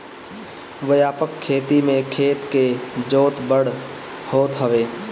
व्यापक खेती में खेत के जोत बड़ होत हवे